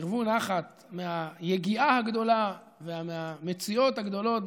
תרוו נחת מהיגיעה הגדולה ומהמציאות הגדולות,